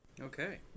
okay